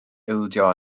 ildio